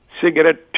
cigarette